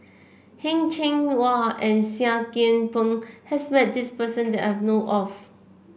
Heng Cheng Hwa and Seah Kian Peng has met this person that I know of